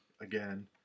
again